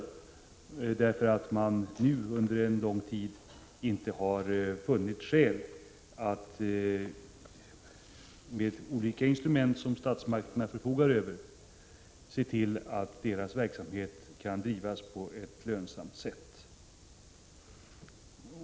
Så har emellertid skett genom att regeringen under lång tid inte funnit skäl att med de olika instrument den förfogar över medverka till att verksamheten kunnat bedrivas på ett lönsamt sätt.